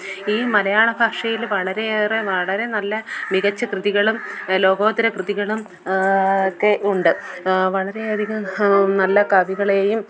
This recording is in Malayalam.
ഈ മലയാള ഭാഷയിൽ വളരെയേറെ വളരെ നല്ല മികച്ച കൃതികളും ലോകോത്തര കൃതികളും ഒക്കെ ഉണ്ട് വളരെയധികം നല്ല കവികളെയും